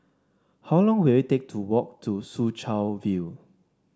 how long will it take to walk to Soo Chow View